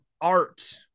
art